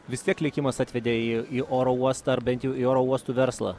vis tiek likimas atvedė į į oro uostą ar bent jau į oro uostų verslą